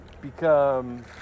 become